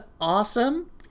awesome